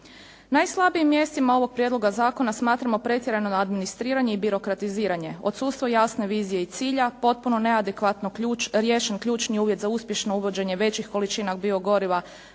Najslabijim mjestima ovog prijedloga zakona smatramo pretjerano administriranje i birokratiziranje odsustvo jasne vizije i cilja, potpuno neadekvatno ključ, riješen ključni uvjet za uspješno uvođenje većih količina biogoriva